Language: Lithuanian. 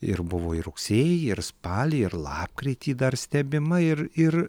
ir buvo ir rugsėjį ir spalį ir lapkritį dar stebima ir ir